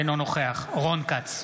אינו נוכח רון כץ,